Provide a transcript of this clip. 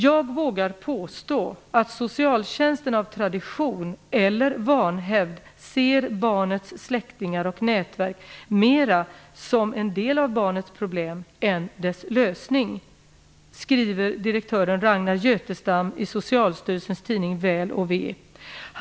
"Jag vågar påstå att socialtjänsten av tradition eller vanhävd ser barnets släktingar och nätverk mer som en del av barnets problem än dess lösning" skriver direktören Ragnar Götestam i Socialstyrelsens tidning Väl och Ve .